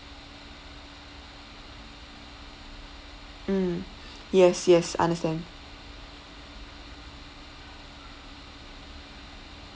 mm yes yes understand